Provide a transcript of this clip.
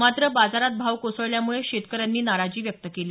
मात्र बाजारात भाव कोसळल्यामुळे शेतकऱ्यांनी नाराजी व्यक्त केली